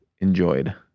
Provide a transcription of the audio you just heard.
enjoyed